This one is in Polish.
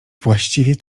właściwie